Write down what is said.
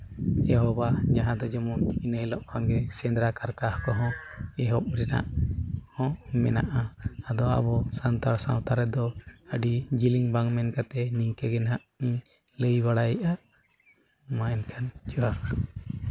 ᱪᱮᱫ ᱦᱚᱸ ᱵᱟᱝ ᱡᱟᱦᱟᱸᱛᱮ ᱡᱮᱢᱚᱱ ᱮᱱ ᱦᱤᱞᱳᱜ ᱥᱮᱸᱫᱽᱨᱟᱼᱠᱟᱨᱠᱟ ᱠᱚᱦᱚᱸ ᱮᱦᱚᱵ ᱨᱮᱱᱟᱜ ᱦᱚᱸ ᱢᱮᱱᱟᱜᱼᱟ ᱟᱫᱚ ᱟᱵᱚ ᱥᱟᱱᱛᱟᱲ ᱥᱟᱶᱛᱟ ᱨᱮᱫᱚ ᱟᱹᱰᱤ ᱡᱮᱞᱮᱧ ᱵᱟᱝ ᱢᱮᱱ ᱠᱟᱛᱮ ᱱᱤᱝᱠᱟᱹ ᱜᱮᱦᱟᱸᱜ ᱤᱧ ᱞᱟᱹᱭ ᱵᱟᱲᱟᱭᱮᱫᱼᱟ ᱢᱟ ᱮᱱᱠᱷᱟᱱ ᱡᱚᱦᱟᱨ